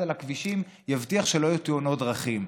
על הכבישים יבטיח שלא יהיו תאונות דרכים.